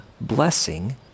blessing